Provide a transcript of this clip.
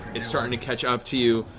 it's starting to catch up to you.